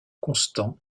constant